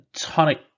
tonic